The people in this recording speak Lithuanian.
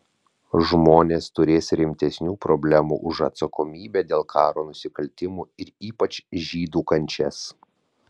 žmonės turės rimtesnių problemų už atsakomybę dėl karo nusikaltimų ir ypač žydų kančias